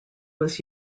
was